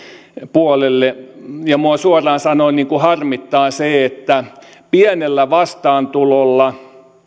puolelle ja minua suoraan sanoen harmittaa se että pienellä vastaantulolla